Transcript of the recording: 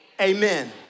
amen